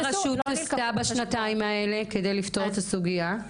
מה הרשות עשתה בשנתיים האלה כדי לפתור את הסוגיה?